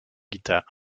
guitares